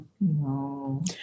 No